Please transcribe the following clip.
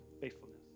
faithfulness